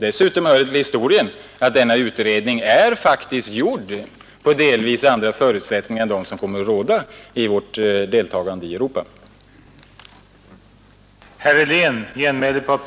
Dessutom hör det till historien att denna utredning faktiskt är gjord på delvis andra förutsättningar än dem som kommer att råda vid vårt deltagande i Europasamarbetet.